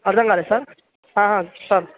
అర్థం కాలేదు sir sir